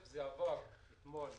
זה בסדר.